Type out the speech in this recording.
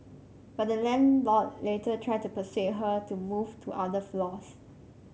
but the landlord later tried to persuade her to move to other floors